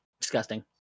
Disgusting